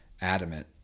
adamant